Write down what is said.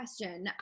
question